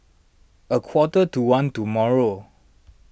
a quarter to one tomorrow